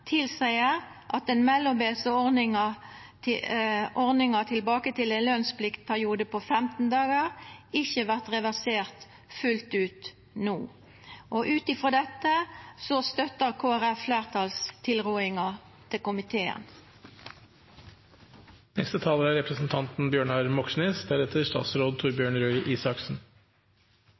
tilseier at den mellombelse ordninga tilbake til ein lønspliktperiode på 15 dagar ikkje vert reversert fullt ut no. Ut frå dette støttar Kristeleg Folkeparti fleirtalstilrådinga til